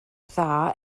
dda